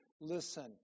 listen